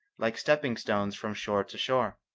like stepping-stones from shore to shore.